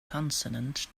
consonant